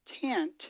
tent